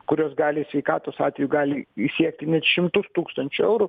kurios gali sveikatos atveju gali siekti net šimtus tūkstančių eurų